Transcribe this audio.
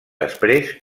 després